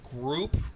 group